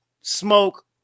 smoke